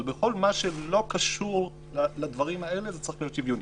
אבל בכל מה שלא קשור לדברים האלה זה צריך להיות שוויוני.